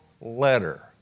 letter